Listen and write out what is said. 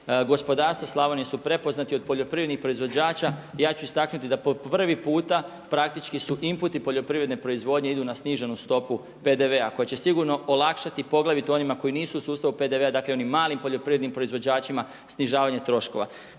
gospodarstva Slavonije su prepoznati od poljoprivrednih proizvođača i ja ću istaknuti da po prvi puta praktički su imputi poljoprivredne proizvodnje idu na sniženu stopu PDV-a koja će sigurno olakšati poglavito onima koji nisu u sustavu PDV-a dakle onim malim poljoprivrednim proizvođačima snižavanje troškova.